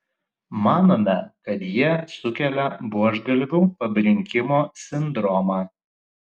manome kad jie sukelia buožgalvių pabrinkimo sindromą